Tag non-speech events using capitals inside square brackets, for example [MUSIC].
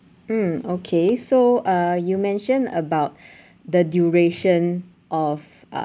mm okay so uh you mentioned about [BREATH] the duration of uh